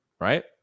right